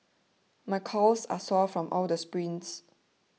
my calves are sore from all the sprints